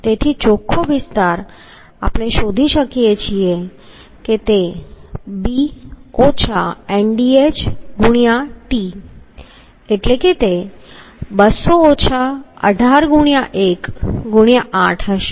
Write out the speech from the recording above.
તેથી ચોખ્ખો વિસ્તાર આપણે શોધી શકીએ છીએ કે તે t તે 200 18✕1✕8 હશે